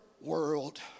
world